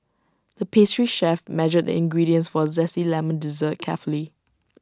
the pastry chef measured the ingredients for A Zesty Lemon Dessert carefully